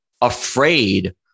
afraid